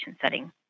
setting